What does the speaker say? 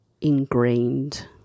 ingrained